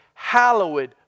Hallowed